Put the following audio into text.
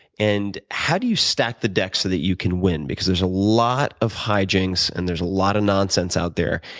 and how do you stack the deck so that you can win? because there's a lot of hi-jinx, and there's a lot of nonsense out there.